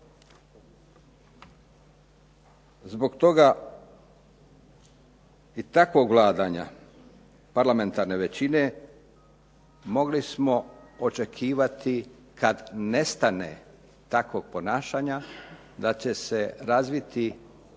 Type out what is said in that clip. Zbog toga i takvog vladanja parlamentarne većine mogli smo očekivati kada nestane takvog ponašanja da će se razviti